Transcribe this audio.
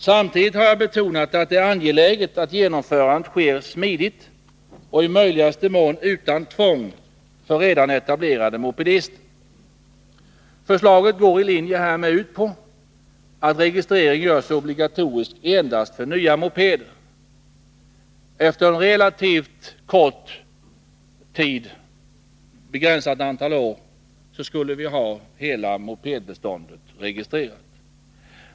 Samtidigt har jag betonat att det är angeläget att genomförandet sker smidigt och i möjligaste mån utan tvång för redan etablerade mopedister. Förslaget går i överensstämmelse härmed ut på att registrering görs obligatorisk endast för nya mopeder. Efter ett begränsat antal år skulle därmed hela mopedbeståndet vara registrerat.